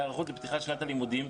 ההיערכות לפתיחת שנת הלימודים,